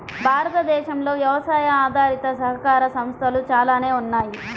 భారతదేశంలో వ్యవసాయ ఆధారిత సహకార సంస్థలు చాలానే ఉన్నాయి